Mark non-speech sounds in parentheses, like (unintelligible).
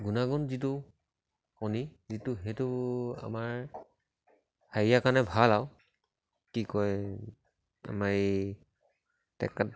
গুণাগুণ যিটো কণী যিটো সেইটো আমাৰ হেৰিয়াৰ কাৰণে ভাল আৰু কি কয় আমাৰ এই (unintelligible)